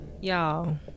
Y'all